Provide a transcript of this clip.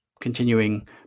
continuing